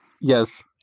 Yes